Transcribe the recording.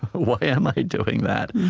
why am i doing that?